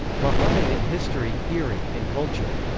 muhammad in history, theory, and culture.